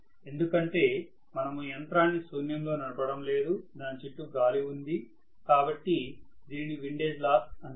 ఎందుకంటే మనము యంత్రాన్ని శూన్యంలో నడపడం లేదు దాని చుట్టూ గాలి ఉంది కాబట్టి దీనిని విండేజ్ లాస్ అంటారు